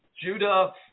Judah